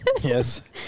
Yes